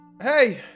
Hey